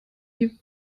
die